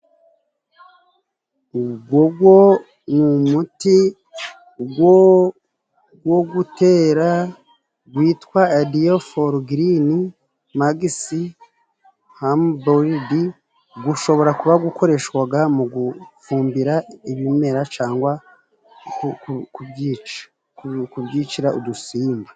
Gogo ni umuti go gutera gwitwa adiya foru girini magisi hamuboyidi. Gushobora kuba gukoreshwaga mu gufumbira ibimera cangwa kubyica kubyicira udusimba.